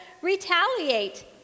retaliate